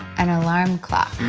an alarm clock.